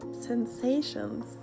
sensations